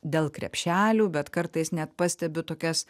dėl krepšelių bet kartais net pastebiu tokias